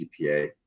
GPA